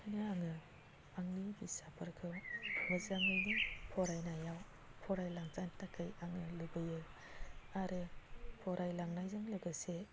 ओंखायनो आङो आंनि फिसाफोरखौ मोजाङैनो फरायनायाव फरायलांजानो थाखाय आङो लुबैयो आरो फरायलांनायजों लोगोसे